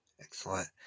Excellent